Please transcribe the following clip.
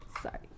Sorry